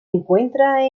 encuentra